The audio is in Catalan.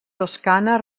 toscana